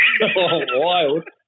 wild